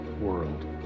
world